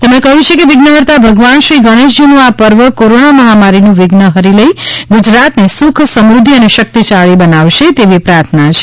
તેમણે કહ્યું છે કે વિઘ્નહર્તા ભગવાન શ્રી ગણેશજીનું આ પર્વ કોરોના મહામારીનું વિઘ્ન હરી લઈ ગુજરાતને સુખી સમૃધ્ધ અને શકિતશાળી બનાવશે એવી પ્રાર્થના છે